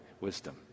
wisdom